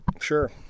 Sure